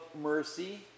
mercy